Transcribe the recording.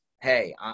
Hey